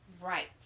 right